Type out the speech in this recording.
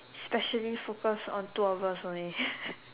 specially focus on two of us only